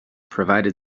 provided